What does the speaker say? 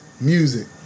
music